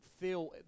feel